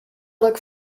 look